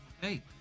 Hey